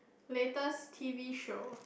latest T_V show